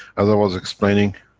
as i was explaining,